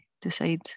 decide